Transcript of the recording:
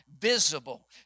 visible